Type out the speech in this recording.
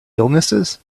illnesses